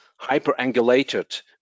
hyperangulated